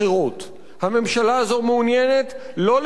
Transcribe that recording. הממשלה הזו מעוניינת לא לקדם את הרעיון